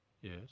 yes